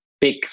big